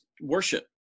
worship